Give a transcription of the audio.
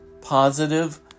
positive